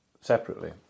separately